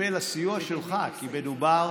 מצפה לסיוע שלך, כי מדובר